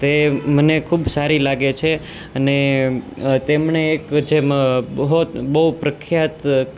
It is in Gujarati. તે મને ખૂબ સારી લાગે છે અને તેમણે એક જે બહોત બહુ પ્રખ્યાત